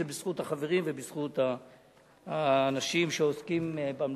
זה בזכות החברים ובזכות האנשים שעוסקים במלאכה.